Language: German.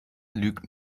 lügt